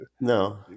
No